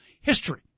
history